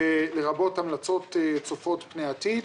ולרבות המלצות צופות פני עתיד,